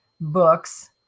books